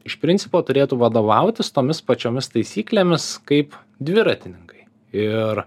iš principo turėtų vadovautis tomis pačiomis taisyklėmis kaip dviratininkai ir